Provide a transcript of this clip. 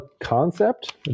concept